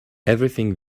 everything